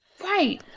right